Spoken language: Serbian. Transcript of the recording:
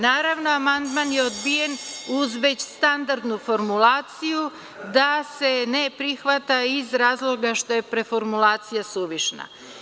Naravno, amandman je odbijen uz već standardnu formulaciju, da se ne prihvata iz razloga što je preformulacija suvišna.